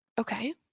Okay